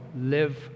live